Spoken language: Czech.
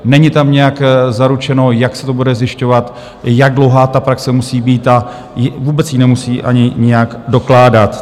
Není tam nijak zaručeno, jak se to bude zjišťovat, jak dlouhá ta praxe musí být a vůbec ji nemusí ani nijak dokládat.